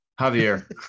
Javier